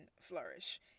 flourish